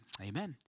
Amen